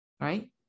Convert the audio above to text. right